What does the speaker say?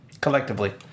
collectively